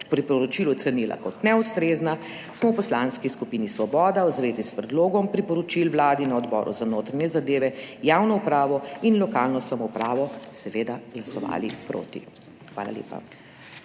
– 10.50** (nadaljevanje) smo v Poslanski skupini Svoboda v zvezi s predlogom priporočil Vladi na Odboru za notranje zadeve. Javno upravo in lokalno samoupravo. Seveda glasovali proti. Hvala lepa.